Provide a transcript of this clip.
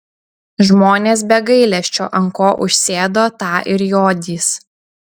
žmonės be gailesčio ant ko užsėdo tą ir jodys